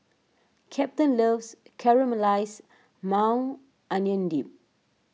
Captain loves Caramelized Maui Onion Dip